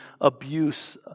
abuse